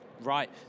right